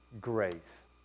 grace